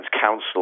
counsel